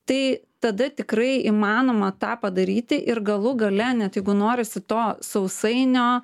tai tada tikrai įmanoma tą padaryti ir galų gale net jeigu norisi to sausainio